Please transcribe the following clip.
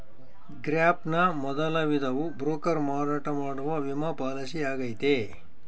gap ನ ಮೊದಲ ವಿಧವು ಬ್ರೋಕರ್ ಮಾರಾಟ ಮಾಡುವ ವಿಮಾ ಪಾಲಿಸಿಯಾಗೈತೆ